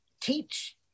teach